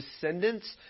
descendants